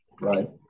Right